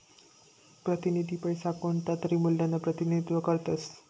प्रतिनिधी पैसा कोणतातरी मूल्यना प्रतिनिधित्व करतस